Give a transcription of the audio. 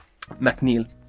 McNeil